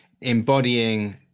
embodying